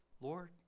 Lord